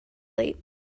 late